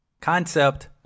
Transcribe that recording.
Concept